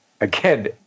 Again